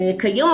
כיום,